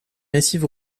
massifs